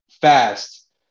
fast